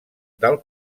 del